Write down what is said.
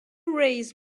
raise